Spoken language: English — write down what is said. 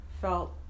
felt